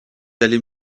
allez